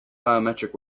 biometric